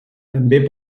també